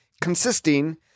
consisting